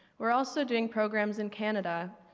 we're also doing programs in canada.